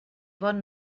bon